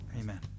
Amen